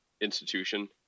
institution